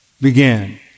began